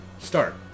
start